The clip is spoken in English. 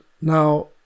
now